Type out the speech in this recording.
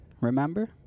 Remember